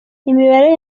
imibare